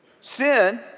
Sin